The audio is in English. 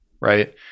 right